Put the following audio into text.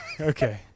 okay